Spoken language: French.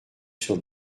sur